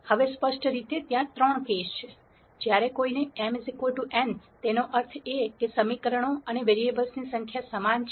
હવે સ્પષ્ટ રીતે ત્યાં ત્રણ કેસો છે જ્યારે કોઈને m n તેનો અર્થ એ કે સમીકરણો અને વેરીએબલ્સની સંખ્યા સમાન છે